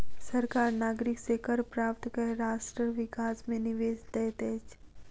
सरकार नागरिक से कर प्राप्त कय राष्ट्र विकास मे निवेश दैत अछि